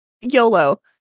YOLO